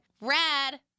rad